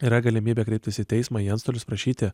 yra galimybė kreiptis į teismą į antstolius prašyti